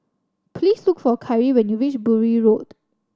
please look for Kyree when you reach Bury Road